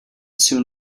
soon